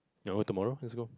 y'all want tomorrow let's go